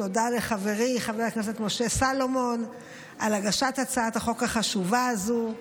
תודה לחברי חבר הכנסת משה סולומון על הגשת הצעת החוק החשובה הזו.